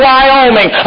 Wyoming